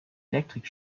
elektrik